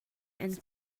and